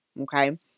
okay